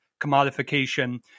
commodification